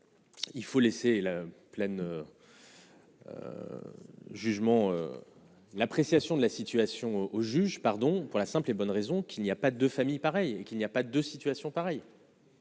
Plaine. Jugement l'appréciation de la situation au juge, pardon pour la simple et bonne raison qu'il n'y a pas de famille pareil qu'il n'y a pas de situations pareilles.